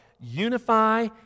Unify